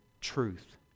truth